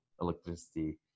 electricity